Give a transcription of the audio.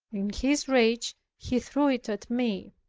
in his rage he threw it at me.